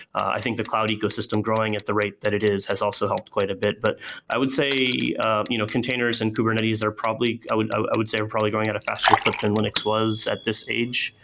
i think the cloud ecosystem growing at the rate that it is has also helped quite a bit, but i would say ah you know containers and kubernetes are probably i would ah i would say are probably going at a faster clip than linux was at this age.